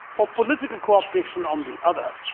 or political cooperation on the other.